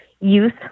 youth